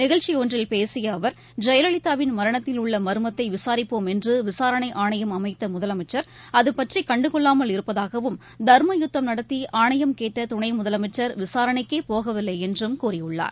நிகழ்ச்சிஒன்றில் பேசியஅவர் ஜெயலலதாவின் மரணத்தில் உள்ளமர்மத்தைவிசாரிப்போம் என்றுவிசாரணைஆணையம் அமைத்தமுதலமைச்சர் அதுபற்றிகண்டுகொள்ளாமல் இருப்பதாகவும் தர்மயுத்தம் நடத்திஆணையம் கேட்டதுணைமுதலமைச்சர் விசாரணைக்கேபோகவில்லைஎன்றும் கூறினார்